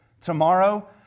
tomorrow